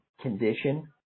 condition